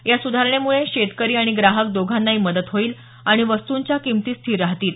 या सुधारणेमुळे शेतकरी आणि ग्राहक दोघांनाही मदत होईल आणि वस्तूंच्या किमती स्थिर राहतील